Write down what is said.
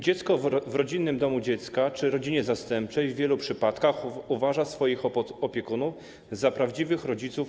Dziecko w rodzinnym domu dziecka czy w rodzinie zastępczej w wielu przypadkach uważa swoich opiekunów za prawdziwych rodziców.